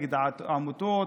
נגד העמותות,